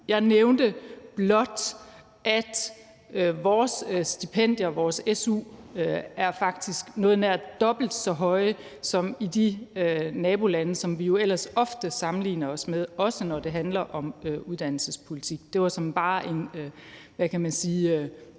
Jeg nævnte blot, at vores stipendier, vores su, faktisk er noget nær dobbelt så høje, som de er i de nabolande, som vi jo ellers ofte sammenligner os med, også når det handler om uddannelsespolitik. Det var såmænd bare en, hvad kan man sige,